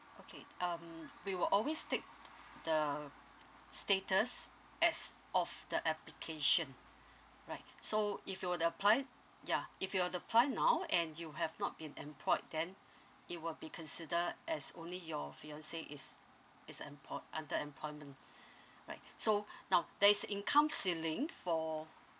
okay um we will always take the status as of the application right so if you were to apply yeah if you were to apply now and you have not been employed then it will be consider as only your fiancee is is employed under employment right so now there is income ceiling for